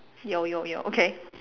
有有有 okay